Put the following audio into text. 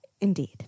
Indeed